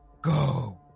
Go